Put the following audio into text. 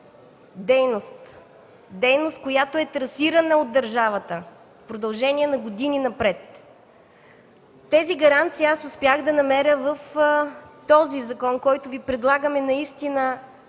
дейност, която е трасирана от държавата в продължение на години напред. Тези гаранции успях да намеря в този закон, който Ви предлагаме наистина